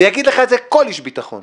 ויגיד לך את זה כל איש ביטחון,